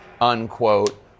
unquote